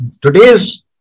today's